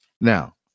Now